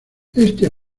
este